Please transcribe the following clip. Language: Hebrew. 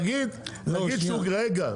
נגיד, רגע.